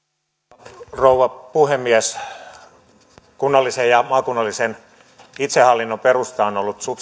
arvoisa rouva puhemies kunnallisen ja maakunnallisen itsehallinnon perusta on ollut subsidiariteettiperiaate jolla